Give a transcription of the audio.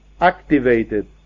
activated